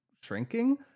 shrinking